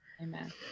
Amen